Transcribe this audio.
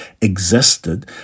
existed